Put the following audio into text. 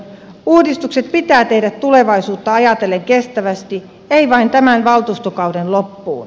uudistukset pitää tehdä tulevaisuutta ajatellen kestävästi ei vain tämän valtuustokauden loppuun